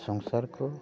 ᱥᱚᱝᱥᱟᱨ ᱠᱚ